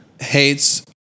hates